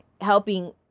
Helping